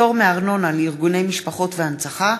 (פטור מארנונה לארגוני משפחות והנצחה),